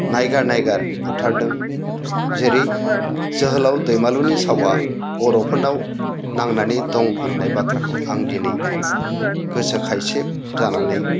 नायगार नायगार बुथारदों जेरै जोहोलाव दैमालुनि सावआ बर'फोरनाव नांनानै दं होननाय बाथ्राखौ आं दिनै गोसो खायसो जानानै